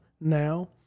Now